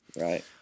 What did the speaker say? Right